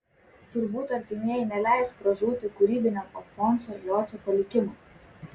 turbūt artimieji neleis pražūti kūrybiniam alfonso jocio palikimui